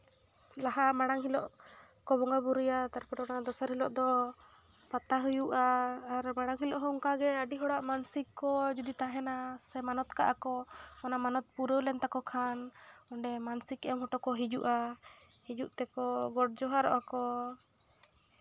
ᱞᱟᱦᱟ ᱢᱟᱲᱟᱝ ᱦᱤᱞᱳᱜ ᱠᱚ ᱵᱚᱸᱜᱟ ᱵᱳᱨᱳᱭᱟ ᱛᱟᱨᱯᱚᱨᱮ ᱚᱱᱟ ᱫᱚᱥᱟᱨ ᱦᱤᱞᱳᱜ ᱫᱚ ᱯᱟᱛᱟ ᱦᱩᱭᱩᱜᱼᱟ ᱟᱨ ᱢᱟᱲᱟᱝ ᱦᱤᱞᱳᱜ ᱦᱚᱸ ᱚᱱᱠᱟᱜᱮ ᱟᱹᱰᱤ ᱦᱚᱲᱟᱜ ᱢᱟᱱᱥᱤᱠ ᱠᱚ ᱡᱩᱫᱤ ᱛᱟᱦᱮᱱᱟ ᱥᱮ ᱢᱟᱱᱚᱛ ᱠᱟᱜᱼᱟ ᱠᱚ ᱚᱱᱟ ᱢᱟᱱᱚᱛ ᱯᱩᱨᱟᱹᱣ ᱞᱮᱱ ᱛᱟᱠᱚ ᱠᱷᱟᱱ ᱚᱸᱰᱮ ᱢᱟᱱᱥᱤᱠ ᱮᱢ ᱦᱚᱴᱚ ᱠᱚ ᱦᱤᱡᱩᱜᱼᱟ ᱦᱤᱡᱩᱜ ᱛᱮᱠᱚ ᱜᱚᱰ ᱡᱚᱦᱟᱨᱚᱜᱼᱟ ᱠᱚ